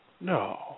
no